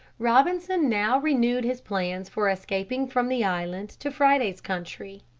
robinson now renewed his plans for escaping from the island to friday's country.